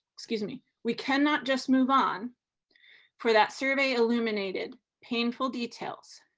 excuse me. we cannot just move on for that survey illuminated painful details.